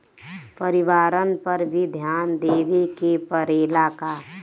परिवारन पर भी ध्यान देवे के परेला का?